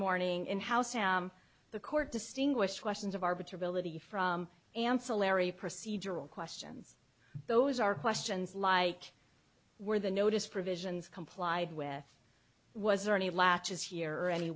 morning in house how the court distinguished questions of arbiter ability from ancillary procedural questions those are questions like where the notice provisions complied with was there any latches here or any